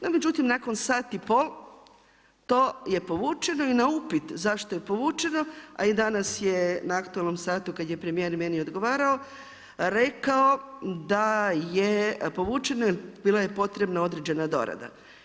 No međutim, nakon sat i pol to je povučeno i na upit zašto je povučeno a i danas je na aktualnom satu kada je meni odgovarao rekao da je povučeno jer bila je potrebna određena dorada.